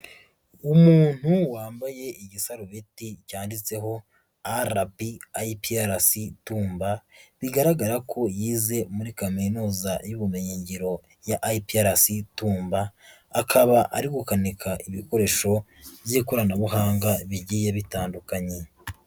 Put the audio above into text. Umuntu wambaye igisarubeti cyanditseho RP, IPRC tumba, bigaragara ko yize muri kaminuza y'ubumenyi ngiro ya IPRC y'itumba. Akaba ari gukanika ibikoresho by'ikoranabuhanga bigiye bitandukanye.